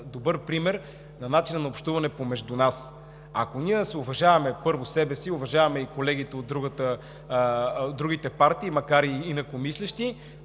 добър пример за начина на общуване между нас. Ако уважаваме първо себе си, уважаваме и колегите от другите партии, макар и инакомислещи,